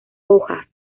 hojas